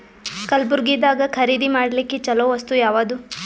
ಕಲಬುರ್ಗಿದಾಗ ಖರೀದಿ ಮಾಡ್ಲಿಕ್ಕಿ ಚಲೋ ವಸ್ತು ಯಾವಾದು?